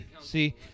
See